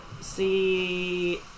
see